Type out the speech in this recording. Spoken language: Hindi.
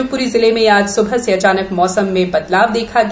शिवपुरी जिले में आज सुबह से अचानक मौसम में बदलाव देखा गया